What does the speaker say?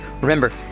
Remember